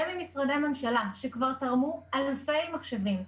וממשרדי הממשלה שכבר תרמו אלפי מחשבים.